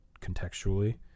contextually